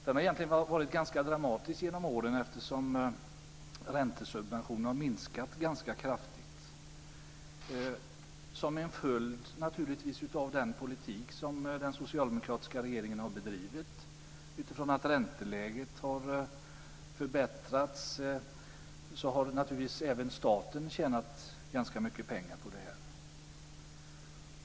Det har egentligen varit dramatiskt genom åren, eftersom räntesubventionerna har minskats ganska kraftigt som en följd av den politik som den socialdemokratiska regeringen har bedrivit. När ränteläget har förbättrats har naturligtvis även staten tjänat ganska mycket pengar.